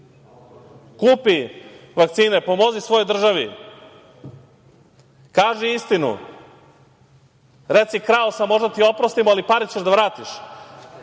Kupi vakcine, pomozi svojoj državi, kaži istinu, reci krao sam, možda ti i oprostimo, ali pare ćeš da vratiš. To